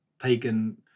pagan